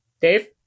Dave